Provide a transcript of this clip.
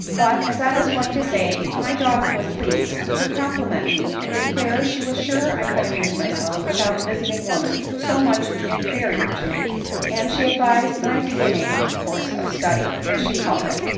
but, as i was going to say, my daughter was pleased to compliment me, and declare she was sure i could amuse myself without visiting women so much in ferior to me and she advised my beginning a course of study, as she called it.